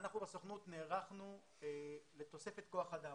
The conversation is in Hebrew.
אנחנו בסוכנות נערכנו לתוספת כוח אדם.